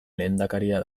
lehendakaria